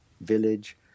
village